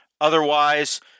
otherwise